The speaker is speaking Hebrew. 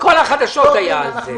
כל החדשות היו על זה.